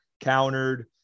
countered